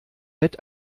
bett